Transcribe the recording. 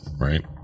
right